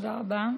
תודה רבה.